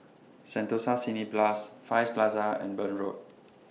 Sentosa Cineblast Far East Plaza and Burn Road